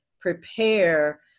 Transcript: prepare